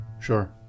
sure